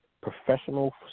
professional